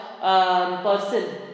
person